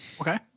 Okay